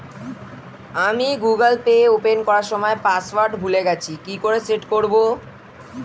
আমি Google Pay open করার সময় পাসওয়ার্ড ভুলে গেছি কি করে সেট করব?